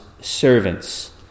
servants